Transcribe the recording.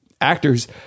actors